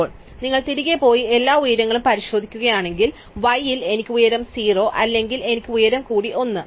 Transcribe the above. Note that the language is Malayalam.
ഇപ്പോൾ നിങ്ങൾ തിരികെ പോയി എല്ലാ ഉയരങ്ങളും പരിശോധിക്കുകയാണെങ്കിൽ y യിൽ എനിക്ക് ഉയരം 0 അല്ലെങ്കിൽ എനിക്ക് ഉയരം കൂടി 1